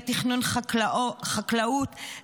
לתכנון חקלאות,